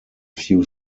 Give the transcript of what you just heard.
few